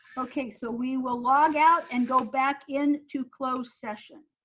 okay, so we will log out and go back in to closed session.